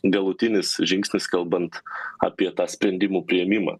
galutinis žingsnis kalbant apie tą sprendimų priėmimą